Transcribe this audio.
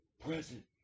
present